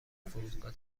فرودگاه